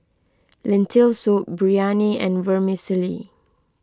Lentil Soup Biryani and Vermicelli